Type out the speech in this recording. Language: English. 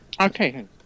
okay